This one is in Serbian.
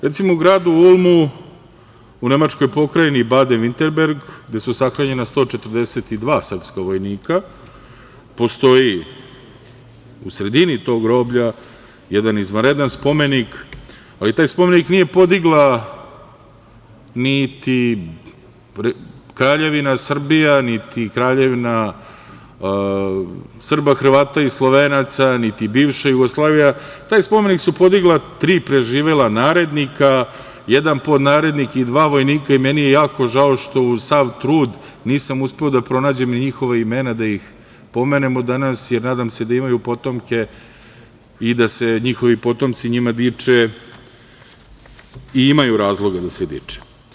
Recimo, u gradu Ulmu u nemačkoj pokrajini Baden Virtemberg, gde su sahranjena 142 srpska vojnika postoji u sredini tog groblja jedan izvanredan spomenik, ali taj spomenik nije podigla niti Kraljevina Srbija, niti Kraljevina Srba, Hrvata i Slovenaca, niti bivša Jugoslavija, taj spomenik su podigla tri preživela narednika, jedan podnarednik i dva vojnika i meni je jako žao što, uz sav trud, nisam uspeo da pronađem njihova imena, da ih pomenemo danas, jer nadam se da imaju potomke i da se njihovi potomci njima diče i imaju razloga da se diče.